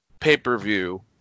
pay-per-view